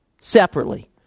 separately